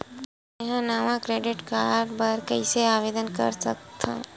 मेंहा नवा debit card बर कैसे आवेदन कर सकथव?